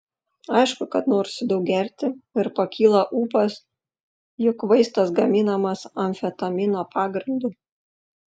aišku kad norisi daug gerti ir pakyla ūpas juk vaistas gaminamas amfetamino pagrindu